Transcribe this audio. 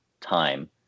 time